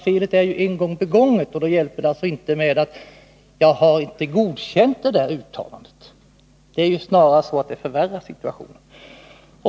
Felet är en gång begånget, och då hjälper det inte att försvarsministern säger att han inte godkänt uttalandena. Det är snarast så att det förvärrar situationen.